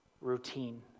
routine